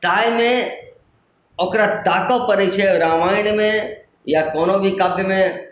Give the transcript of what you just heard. ताहिमे ओकरा ताकऽ पड़ैत छै रामायणमे या कओनो भी काव्यमे